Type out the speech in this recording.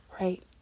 right